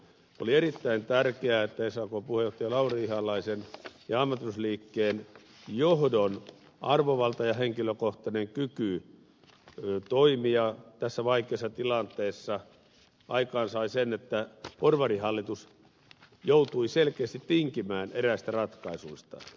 oli erittäin tärkeää että sakn puheenjohtaja lauri ihalaisen ja ammattiyhdistysliikkeen johdon arvovalta ja henkilökohtainen kyky toimia tässä vaikeassa tilanteessa aikaansai sen että porvarihallitus joutui selkeästi tinkimään eräistä ratkaisuista